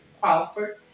Crawford